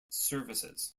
services